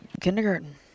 kindergarten